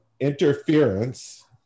interference